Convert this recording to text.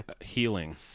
healing